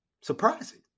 surprising